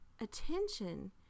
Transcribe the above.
attention